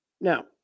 Now